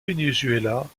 venezuela